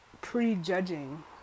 prejudging